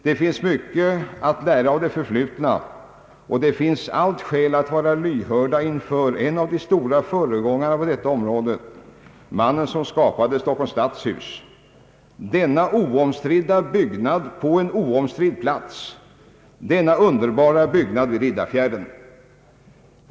Det finns mycket att lära av det förflutna och det finns alla skäl att vara lyhörd när det gäller en av de stora föregångarna på detta område, mannen som skapade Stockholms stadshus — denna oomstridda byggnad på en oomstridd plats; denna underbara byggnad vid Riddarfjärden!